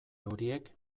horiek